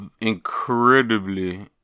incredibly